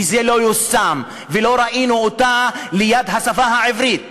זה לא יושם ולא ראינו אותה ליד השפה העברית,